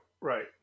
Right